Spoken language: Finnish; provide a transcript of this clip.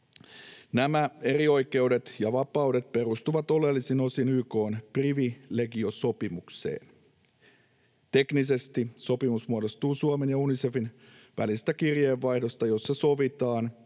Nämä erioikeudet ja -vapaudet perustuvat oleellisin osin YK:n privilegiosopimukseen. Teknisesti sopimus muodostuu Suomen ja Unicefin välisestä kirjeenvaihdosta, jossa sovitaan,